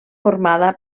formada